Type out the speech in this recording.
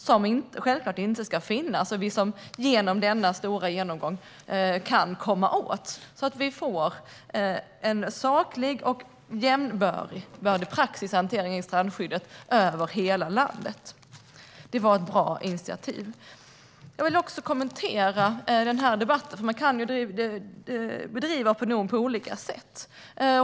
Det ska självklart inte finnas, och genom denna stora genomgång kan vi komma åt detta så att vi får en saklig och jämbördig praxis i hanteringen av strandskyddet över hela landet. Det var ett bra initiativ. Jag vill också kommentera debatten. Man kan bedriva opinion på olika sätt.